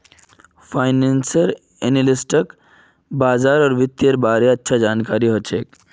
financial एनालिस्टक बाजार आर वित्तेर अच्छा जानकारी ह छेक